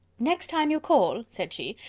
next time you call, said she,